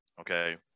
Okay